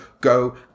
go